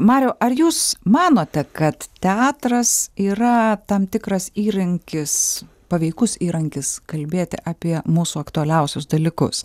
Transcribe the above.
mariau ar jūs manote kad teatras yra tam tikras įrankis paveikus įrankis kalbėti apie mūsų aktualiausius dalykus